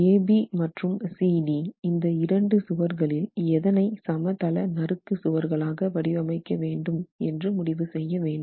AB மற்றும் CD இந்த இரண்டு சுவர்களில் எதனை சமதள நறுக்கு சுவர்களாக வடிவமைக்க வேண்டும் என்று முடிவு செய்ய வேண்டும்